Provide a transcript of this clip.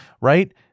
Right